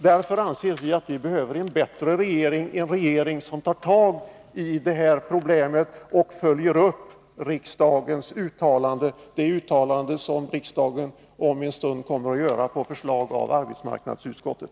Vi anser därför att vi behöver en bättre regering och en regering som tar tag i det här problemet och följer upp riksdagens uttalande — det uttalande som riksdagen om en stund kommer att göra på förslag av arbetsmarknadsutskottet.